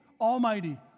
almighty